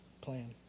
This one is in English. plan